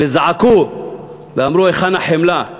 וזעקו ואמרו: היכן החמלה?